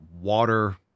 water